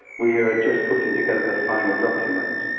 we are just putting together the final document,